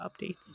updates